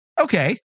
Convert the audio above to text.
Okay